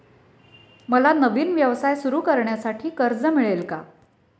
मला नवीन व्यवसाय सुरू करण्यासाठी कर्ज मिळेल का?